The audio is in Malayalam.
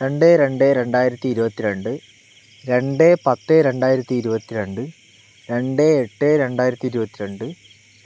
രണ്ട് രണ്ട് രണ്ടായിരത്തി ഇരുപത്തി രണ്ട് രണ്ട് പത്ത് രണ്ടായിരത്തി ഇരുപത്തി രണ്ട് രണ്ട് എട്ട് രണ്ടായിരത്തി ഇരുപത്തി രണ്ട്